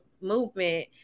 movement